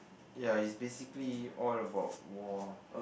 ya is basically all about war